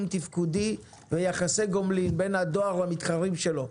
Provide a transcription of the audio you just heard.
תפקודי ויחסי גומלין בין הדואר למתחרים שלו.